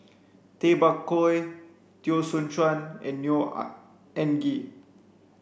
Tay Bak Koi Teo Soon Chuan and Neo Anngee